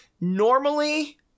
Normally